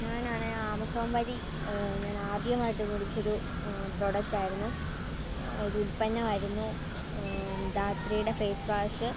ഞാൻ ആണേൽ ആമസോൺ വഴി ഞാൻ ആദ്യമായിട്ട് മേടിച്ചൊരു പ്രോഡക്റ്റ് ആയിരുന്നു ഒരു ഉത്പന്നം ആയിരുന്നു ധാത്രീയുടെ ഫേസ് വാഷ്